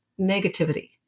negativity